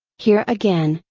here again,